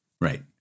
Right